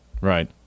Right